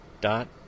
dot